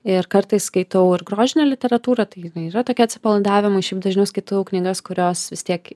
ir kartais skaitau ir grožinę literatūrą tai jinai ir yra tokia atsipalaidavimui šiaip dažniau skaitau knygas kurios vis tiek